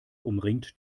umringt